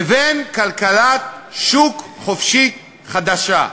לבין כלכלת שוק חופשי חדשה.